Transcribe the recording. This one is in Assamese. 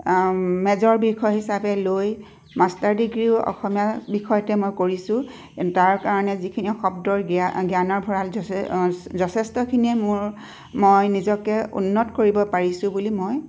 মেজৰ বিষয় হিচাপে লৈ মাষ্টাৰ ডিগ্ৰীও অসমীয়া বিষয়তে মই কৰিছোঁ তাৰকাৰণে যিখিনি শব্দৰ জ্ঞা জ্ঞানৰ ভঁৰাল যথে যথেষ্টখিনিয়ে মোৰ মই নিজকে উন্নত কৰিব পাৰিছোঁ বুলি মই